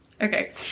okay